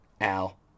Al